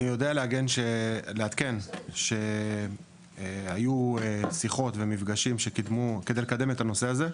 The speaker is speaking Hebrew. אני יודע לעדכן שהיו שיחות ומפגשים כדי לקדם את הנושא הזה,